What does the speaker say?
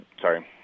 sorry